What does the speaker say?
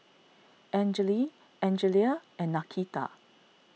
Angele Angelia and Nakita